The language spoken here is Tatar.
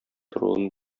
торуын